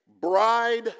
bride